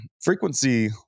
frequency